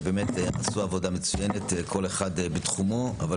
עשו עבודה מצוינת כל אחד בתחומו אבל